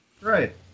Right